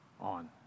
on